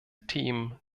themen